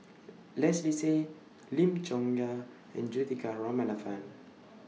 Leslie Tay Lim Chong Yah and Juthika Ramanathan